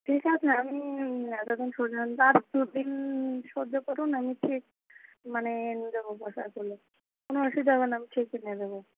ঠিক আছে আপনি এতদিন আর দু দিন সহ্য করুন আমি ঠিক মানে দেবো কোনো অসুবিধা হবে না আমি ঠিক এনে দেবো